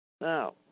Now